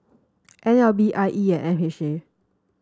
L B I E and H A